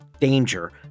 danger